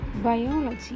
biology